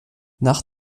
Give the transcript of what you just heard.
nach